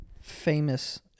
famous